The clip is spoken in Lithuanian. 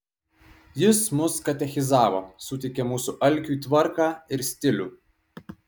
jis mus katechizavo suteikė mūsų alkiui tvarką ir stilių